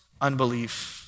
Unbelief